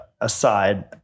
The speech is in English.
aside